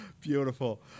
beautiful